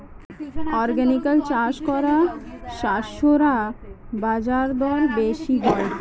organically চাষ করা শস্যের বাজারদর বেশি হয়